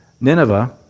Nineveh